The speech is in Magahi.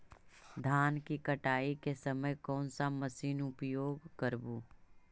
धान की कटाई के समय कोन सा मशीन उपयोग करबू?